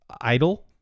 idle